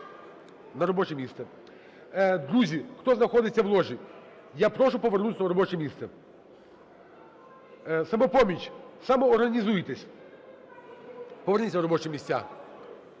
Друзі, хто знаходиться в ложі, я прошу повернутися на робоче місце. "Самопоміч" самоорганізуйтесь, поверніться на робочі місця.